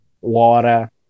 water